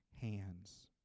hands